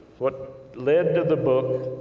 what lead to the book,